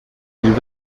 yılda